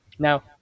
Now